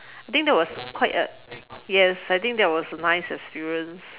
I think that was quite a yes I think that was a nice experience